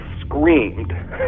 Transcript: screamed